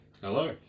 Hello